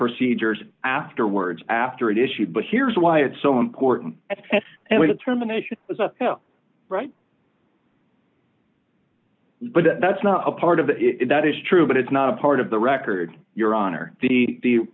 procedures afterwards after it issued but here's why it's so important and we determination is the right but that's not a part of it that is true but it's not part of the record your honor the